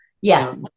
Yes